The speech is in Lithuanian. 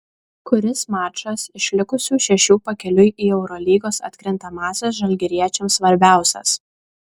kuris mačas iš likusių šešių pakeliui į eurolygos atkrintamąsias žalgiriečiams svarbiausias